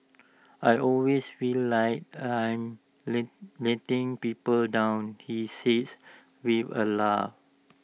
I always feel like I am let letting people down he says with A laugh